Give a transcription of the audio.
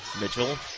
Mitchell